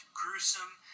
gruesome